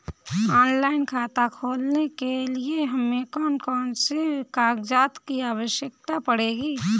Online खाता खोलने के लिए हमें कौन कौन से कागजात की आवश्यकता पड़ेगी?